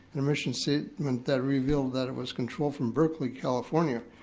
and a mission statement that revealed that it was controlled from brooklyn, california.